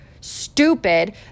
stupid